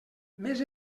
més